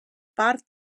part